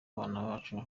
bacu